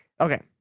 okay